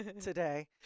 today